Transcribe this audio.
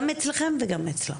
גם אצלכם וגם אצלם.